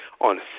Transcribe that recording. on